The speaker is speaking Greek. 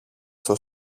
στο